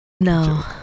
No